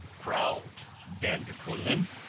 growled van der kuylen.